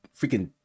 freaking